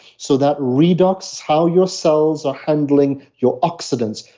so that redox how your cells are handling your oxidants.